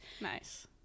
Nice